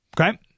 Okay